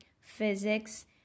physics